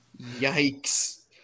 yikes